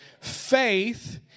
Faith